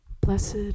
Blessed